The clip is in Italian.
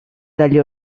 dagli